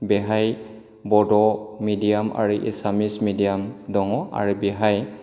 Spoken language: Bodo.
बेवहाय बड' मिडियाम आरो एसामिस मिडियाम दङ आरो बेवहाय